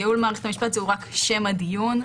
יעילות בית המשפט זה שם הארגון.